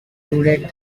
included